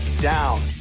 down